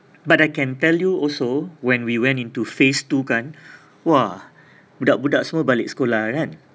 but I can tell you also when we went into phase two kan !wah! budak-budak semua balik sekolah kan